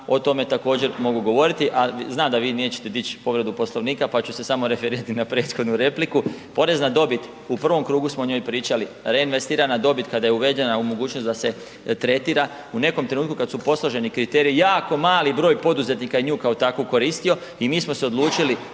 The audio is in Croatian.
o tome također mogu govoriti. A znam da vi nećete dići povredu Poslovnika pa ću se samo referirati na prethodnu repliku, porez na dobit u prvom krugu smo o njoj pričali, reinvestirana dobit kada je uvedena mogućnost da se tretira. U nekom trenutku kada su posloženi kriteriji jako mali broj poduzetnika nju kao takvu je koristio i mi smo odlučili